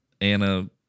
Anna